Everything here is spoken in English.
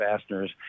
fasteners